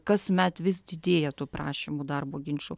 kasmet vis didėja tų prašymų darbo ginčų